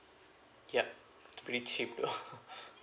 yup pretty cheap though